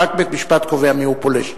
רק בית-משפט קובע מיהו פולש.